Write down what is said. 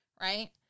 Right